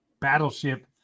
Battleship